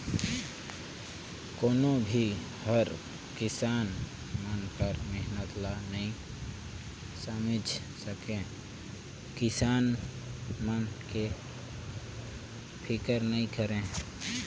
कोनो भी हर किसान मन के मेहनत ल नइ समेझ सके, किसान मन के फिकर नइ करे